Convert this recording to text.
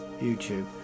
YouTube